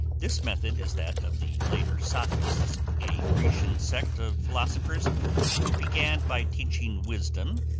this method is that of the later sophists, a grecian sect of philosophers who began by teaching wisdom,